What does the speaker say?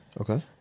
Okay